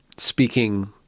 speaking